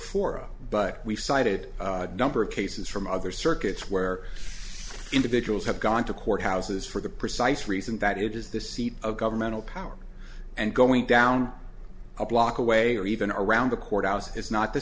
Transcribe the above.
fora but we've cited a number of cases from other circuits where individuals have gone to court houses for the precise reason that it is the seat of governmental power and going down a block away or even around the courthouse is not the